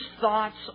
thoughts